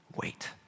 Wait